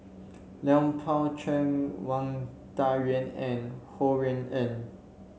Lui Pao Chuen Wang Dayuan and Ho Rui An